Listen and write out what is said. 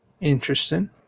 Interesting